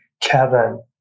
Kevin